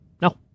No